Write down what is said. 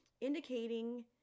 indicating